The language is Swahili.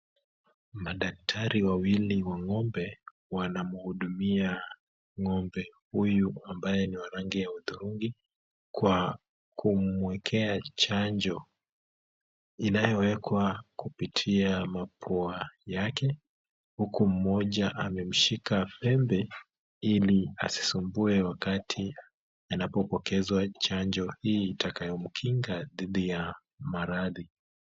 Madaktari wawili wa ng'ombe wanamhudumia ng'ombe huyu ambaye ni wa rangi ya hudhurungi kwa kumwekea chanjo inayowekwa kupitia mapua yake, huku mmoja amemshika pembe ili asisumbue wakati anapopokezwa chanjo hii itakayo mkinga dhidi ya maradhi.